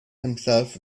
himself